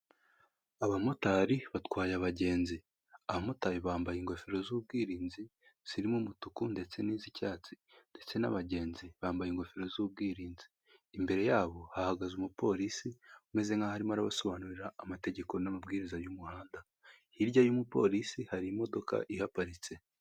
Abamotari batwaye abagenzi, abamotari bambaye ingofero z'ubwirinzi zirimo umutuku ndetse n'iz'icyatsi ndetse n'abagenzi bambaye ingofero z'ubwirinzi, imbere yabo hahagaze umupolisi umeze nk'aho arimo arabasobanurira amategeko n'amabwiriza y'umuhanda, hirya y'umupolisi hari imodoka ihaparitse.